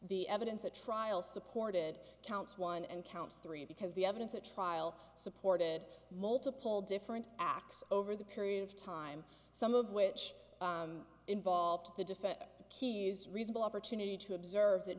the evidence at trial supported counts one and counts three because the evidence at trial supported multiple different acts over the period of time some of which involved the defense the key is reasonable opportunity to observe that